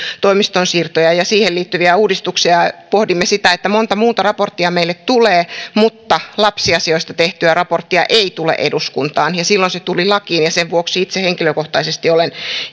toimiston siirtoja ja siihen liittyviä uudistuksia ja pohdimme sitä että monta muuta raporttia meille tulee mutta lapsiasioista tehtyä raporttia ei tule eduskuntaan silloin se tuli lakiin ja sen vuoksi itse henkilökohtaisesti olen